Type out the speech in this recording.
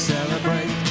Celebrate